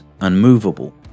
unmovable